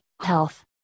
health